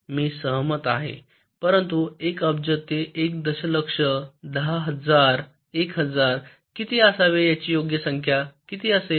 मी सहमत आहे परंतु 1 अब्ज ते 1 दशलक्ष 10000 1000 किती असावे याची योग्य संख्या किती असेल